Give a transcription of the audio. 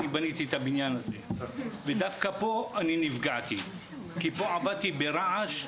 אני בניתי את הבניין הזה ודווקא פה אני נפגעתי כי פה עבדתי ברעש.